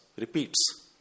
repeats